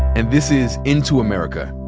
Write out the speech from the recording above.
and this is into america,